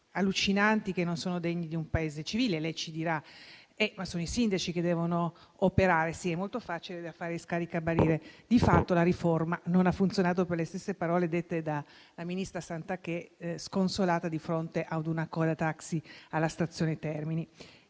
code allucinanti che non sono degne di un Paese civile. Lei ci dirà che sono i sindaci che devono operare. Sì, è molto facile fare scaricabarile. Di fatto, la riforma non ha funzionato per le stesse parole dette dalla ministra Santanchè, sconsolata, di fronte ad una coda taxi alla stazione Termini.